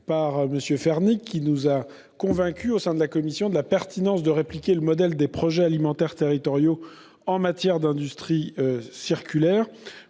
M. Fernique, qui a convaincu la commission de la pertinence de répliquer le modèle des projets alimentaires territoriaux en matière d'industrie circulaire.